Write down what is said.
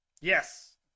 Yes